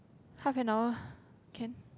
half an hour can